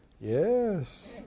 yes